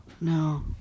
No